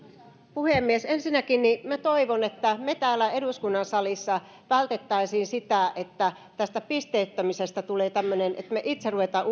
puhemies ensinnäkin minä toivon että me täällä eduskunnan salissa välttäisimme sitä että tästä pisteyttämisestä tulee tämmöinen että me itse rupeamme